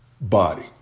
body